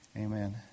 amen